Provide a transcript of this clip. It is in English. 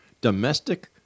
domestic